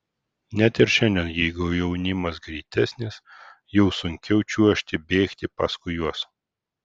net ir šiandien jeigu jaunimas greitesnis jau sunkiau čiuožti bėgti paskui juos